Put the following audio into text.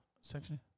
section